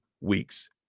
week's